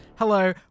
Hello